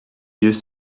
yeux